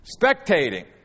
spectating